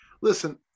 listen